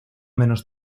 menos